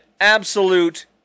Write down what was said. absolute